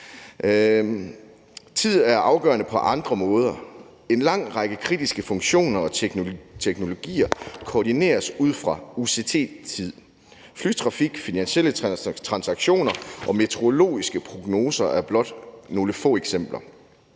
Tid er afgørende på andre måder. En lang række kritiske funktioner og teknologier koordineres ud fra UTC-tid: flytrafik, finansielle transaktioner og meteorologiske prognoser er blot nogle få eksempler,